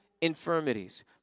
infirmities